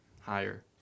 Higher